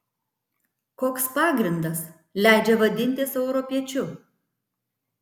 koks pagrindas leidžia vadintis europiečiu